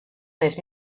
les